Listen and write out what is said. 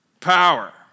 Power